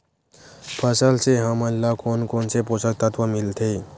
फसल से हमन ला कोन कोन से पोषक तत्व मिलथे?